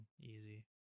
Easy